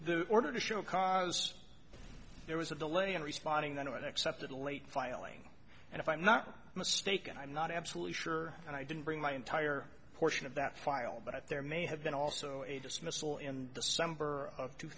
the order to show cause there was a delay in responding that i'd accepted a late filing and if i'm not mistaken i'm not absolutely sure and i didn't bring my entire portion of that file but there may have been also a dismissal in december of two